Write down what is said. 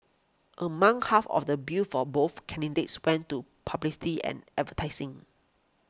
among half of the bill for both candidates went to publicity and advertising